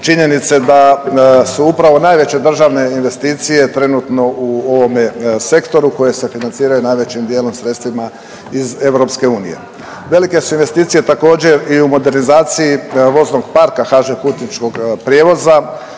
činjenice da su upravo najveće državne investicije trenutno u ovome sektoru koje se financiraju najvećim dijelom sredstvima iz EU. Velike su investicije također i u modernizaciji voznog parka HŽ putničkog prijevoza